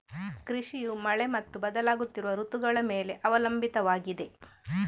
ಕೃಷಿಯು ಮಳೆ ಮತ್ತು ಬದಲಾಗುತ್ತಿರುವ ಋತುಗಳ ಮೇಲೆ ಅವಲಂಬಿತವಾಗಿದೆ